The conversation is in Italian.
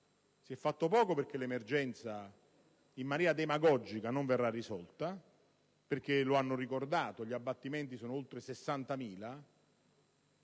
si è fatto poco, in quanto l'emergenza in maniera demagogica non verrà risolta, perché - lo hanno ricordato - gli abbattimenti sono oltre 60.000: